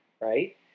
right